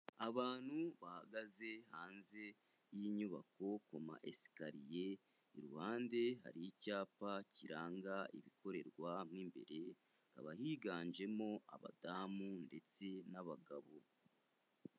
Abantu bahagaze hanze y'inyubako kuma esikariye, iruhande hari icyapa kiranga ibikorerwa mo imbere hakaba higanjemo abadamu ndetse n'abagabo.